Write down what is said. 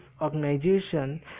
organization